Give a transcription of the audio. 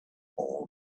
all